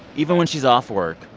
even when she's off work,